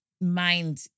mind